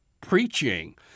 preaching